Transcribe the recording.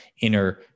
inner